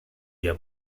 their